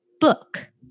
book